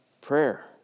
Prayer